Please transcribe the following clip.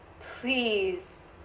please